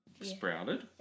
sprouted